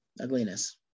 ugliness